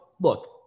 look